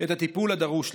את הטיפול הדרוש לה.